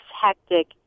hectic